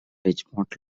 richmond